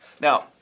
Now